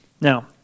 Now